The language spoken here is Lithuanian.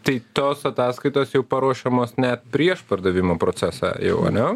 tai tos ataskaitos jau paruošiamos ne prieš pardavimo procesą jau ane